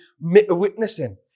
witnessing